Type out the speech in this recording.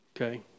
Okay